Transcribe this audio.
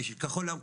כחול לבן,